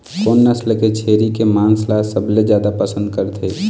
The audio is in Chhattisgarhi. कोन नसल के छेरी के मांस ला सबले जादा पसंद करथे?